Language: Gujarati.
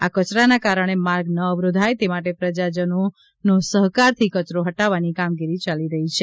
આ કચરાને કારણે માર્ગ ન અવરોધાય તે માટે પ્રજાજનનો સહકારથી કચરો હટાવવાની કામગીરી ચાલી રહી છે